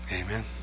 Amen